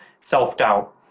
self-doubt